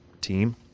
team